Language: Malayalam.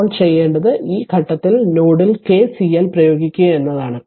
ഇപ്പോൾ ചെയ്യേണ്ടത് ഈ ഘട്ടത്തിൽ നോഡിൽ കെസിഎൽ പ്രയോഗിക്കുക എന്നതാണ്